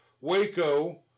Waco